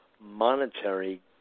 monetary